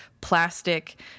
plastic